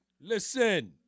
Listen